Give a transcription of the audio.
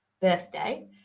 birthday